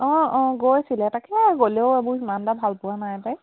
অঁ অঁ গৈ আছিলে তাকে গ'লেও এইবোৰ সিমান এটা ভাল পোৱা নাই পায়